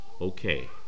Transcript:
okay